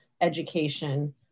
education